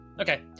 Okay